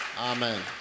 Amen